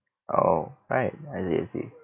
oh right I see I see